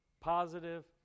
positive